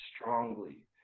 strongly